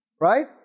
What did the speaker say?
Right